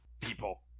people